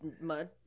mud